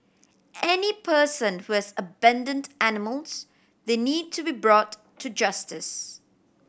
any person who has abandoned animals they need to be brought to justice